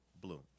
Bloom